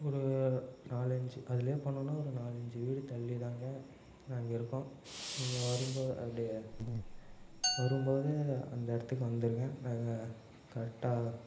ஒரு நாலஞ்சு அதிலயே போனோம்னா ஒரு நாலஞ்சு வீடு தள்ளிதாங்க நாங்கள் இருக்கோம் நீங்கள் வரும்போது அப்படியே வரும்போது அந்த இடத்துக்கு வந்திருங்க நாங்கள் கரெக்டா